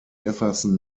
jefferson